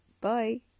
Bye